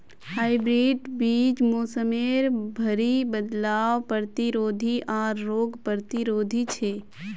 hybrid बीज मोसमेर भरी बदलावर प्रतिरोधी आर रोग प्रतिरोधी छे